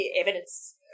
evidence